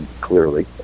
clearly